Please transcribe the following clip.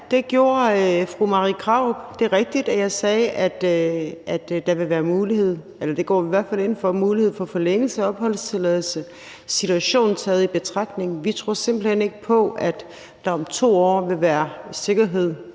det gjorde fru Marie Krarup. Det er rigtigt, at jeg sagde, at der vil være mulighed – det går vi i hvert fald ind for – for forlængelse af opholdstilladelsen situationen taget i betragtning. Vi tror simpelt hen ikke på, at der om 2 år vil være sikkerhed